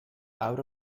out